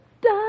die